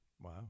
Wow